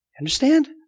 Understand